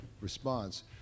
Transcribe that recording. response